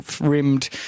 rimmed